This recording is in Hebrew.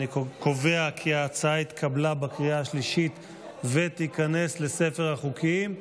אני קובע כי ההצעה התקבלה בקריאה השלישית ותיכנס לספר החוקים.